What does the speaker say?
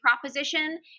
proposition